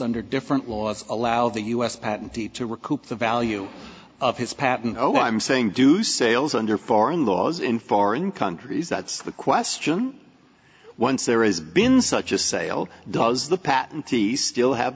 under different laws allow the u s patent d to recoup the value of his patent oh i'm saying do sales under foreign laws in foreign countries that's the question once there is been such a sale does the patentee still have